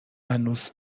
هنوز